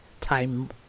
time